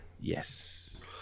Yes